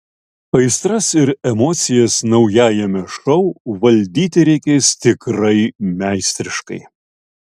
aistras ir emocijas naujajame šou valdyti reikės tikrai meistriškai